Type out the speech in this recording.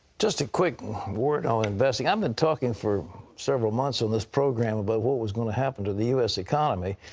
just a quick word on investing. i've been talking for several months on this program about what was going to happen to the us economy.